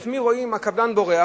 לפעמים רואים את הקבלן בורח.